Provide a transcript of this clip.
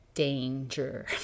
danger